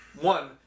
One